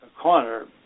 corner